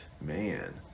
Man